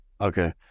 Okay